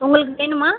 உங்களுக்கு வேணுமா